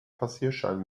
passierschein